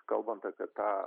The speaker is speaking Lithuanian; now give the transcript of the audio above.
kalbant apie tą